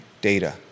data